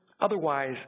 Otherwise